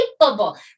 capable